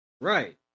right